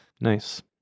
nice